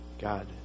God